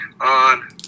on